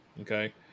Okay